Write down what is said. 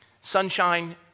sunshine